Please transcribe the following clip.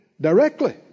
directly